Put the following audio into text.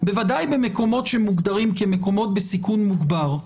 בוודאי במקומות שמוגדרים כמקומות בסיכון מוגבר,